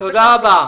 תודה רבה.